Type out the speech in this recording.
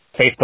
Facebook